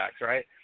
right